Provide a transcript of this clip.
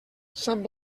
sant